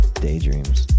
Daydreams